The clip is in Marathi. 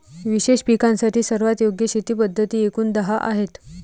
विशेष पिकांसाठी सर्वात योग्य शेती पद्धती एकूण दहा आहेत